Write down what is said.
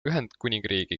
ühendkuningriigi